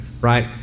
right